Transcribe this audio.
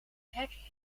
hek